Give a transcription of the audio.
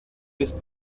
ist